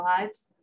lives